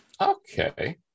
Okay